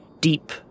deep